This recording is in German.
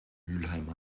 mülheim